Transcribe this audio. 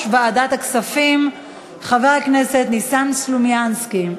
ועדת הכספים חבר הכנסת ניסן סלומינסקי.